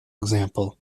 example